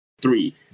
three